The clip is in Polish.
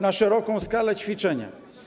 na szeroką skalę ćwiczenia.